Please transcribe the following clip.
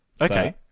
Okay